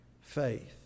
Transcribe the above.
faith